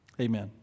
Amen